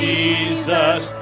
Jesus